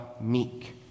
meek